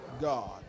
God